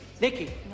Nikki